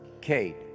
Kate